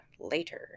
later